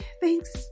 thanks